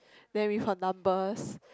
then with her numbers